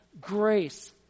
grace